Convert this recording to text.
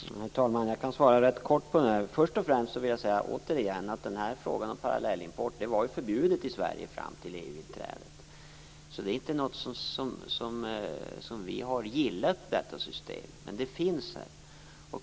Herr talman! Jag kan ge ett rätt kort svar. Först och främst vill jag återigen säga att parallellimport var förbjuden fram till EU-inträdet. Detta system är inte någonting som vi har gillat, men det finns här.